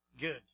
good